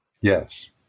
yes